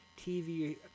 TV